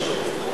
לא.